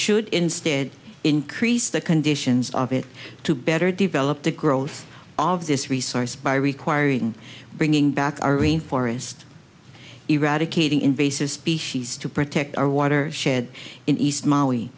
should instead increase the conditions of it to better develop the growth of this resource by requiring bringing back our rain forest eradicating invasive species to protect our water shed in east m